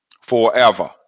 forever